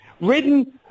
Written